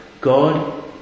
God